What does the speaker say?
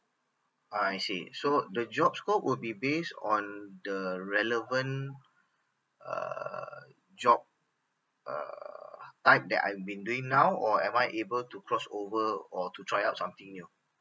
I see so the job scope will be based on the relevant uh job err type that I've been doing now or am I able to cross over or to try out something new